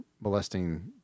molesting